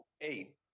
eight